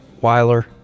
Weiler